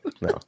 No